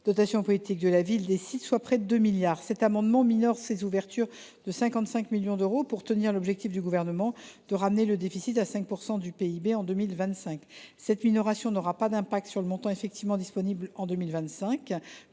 des départements –, soit près de 2 milliards. Cet amendement vise à minorer ces ouvertures de 55 millions d’euros pour tenir l’objectif du Gouvernement de ramener le déficit à 5 % du PIB en 2025. Cette minoration n’aura pas d’effet sur le montant effectivement disponible en 2025